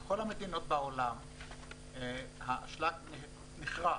בכל המדינות בעולם האשלג נכרה,